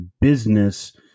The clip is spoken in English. business